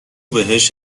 بهش